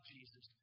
Jesus